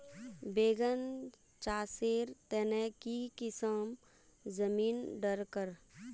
बैगन चासेर तने की किसम जमीन डरकर?